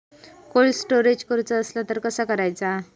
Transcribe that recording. Cold storage करूचा असला तर कसा करायचा?